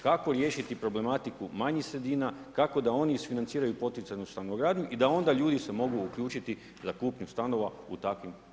Kako riješiti problematiku manjih sredina, kako da oni isfinanciraju poticajnu stanogradnju i da onda ljudi se mogu uključiti za kupnju stanova u takvim prostorima?